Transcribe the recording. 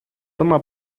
toma